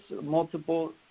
multiple